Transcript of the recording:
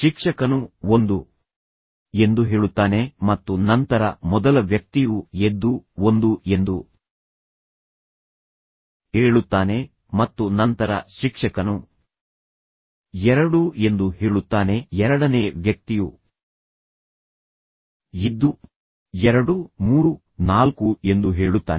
ಶಿಕ್ಷಕನು ಒಂದು ಎಂದು ಹೇಳುತ್ತಾನೆ ಮತ್ತು ನಂತರ ಮೊದಲ ವ್ಯಕ್ತಿಯು ಎದ್ದು ಒಂದು ಎಂದು ಹೇಳುತ್ತಾನೆ ಮತ್ತು ನಂತರ ಶಿಕ್ಷಕನು ಎರಡು ಎಂದು ಹೇಳುತ್ತಾನೆ ಎರಡನೇ ವ್ಯಕ್ತಿಯು ಎದ್ದು ಎರಡು ಮೂರು ನಾಲ್ಕು ಎಂದು ಹೇಳುತ್ತಾನೆ